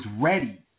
ready